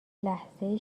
لحظه